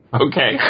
Okay